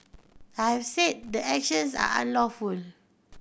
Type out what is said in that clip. I have said the actions are unlawful